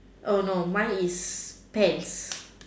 oh no mine is pants